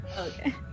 Okay